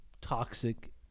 toxic